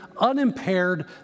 unimpaired